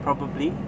probably